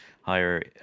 higher